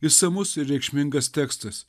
išsamus ir reikšmingas tekstas